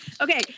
Okay